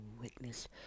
witness